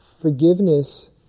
Forgiveness